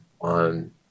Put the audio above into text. on